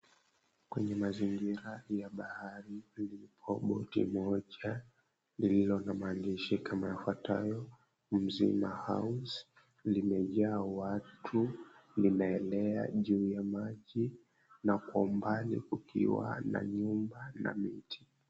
Kwenye mazingira ya bahari, lipo boti moja lililo na maandishi kama yafuatayo, "Mzima House." Limejaa watu, linaelea juu ya maji na kwa umbali kukiwa na nyumba na miti.